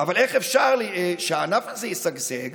איך אפשר שהענף הזה ישגשג